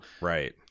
right